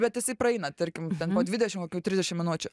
bet jisai praeina tarkim ten po dvidešim kokių trisdešim minučių